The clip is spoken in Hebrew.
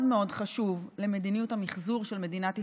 מאוד מאוד חשוב למדיניות המחזור של מדינת ישראל.